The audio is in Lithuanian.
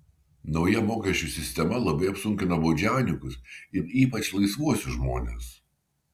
nauja mokesčių sistema labai apsunkino baudžiauninkus ir ypač laisvuosius žmones